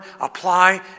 apply